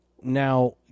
now